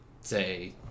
say